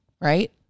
Right